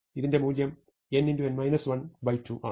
ഇതിന്റെ മൂല്യം n2 ആണ്